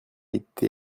été